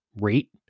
rate